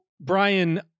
Brian